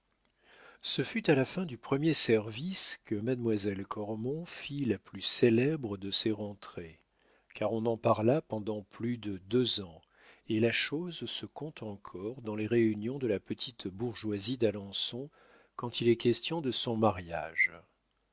ce fut à la fin du premier service que mademoiselle cormon fit la plus célèbre de ses rentrées car on en parla pendant plus de deux ans et la chose se conte encore dans les réunions de la petite bourgeoisie d'alençon quand il est question de son mariage